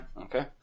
Okay